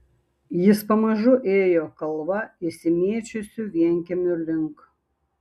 jis pamažu ėjo kalva išsimėčiusių vienkiemių link